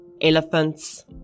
elephants